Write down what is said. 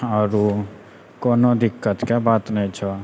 आरो कोनो दिक्कतके बात नहि छो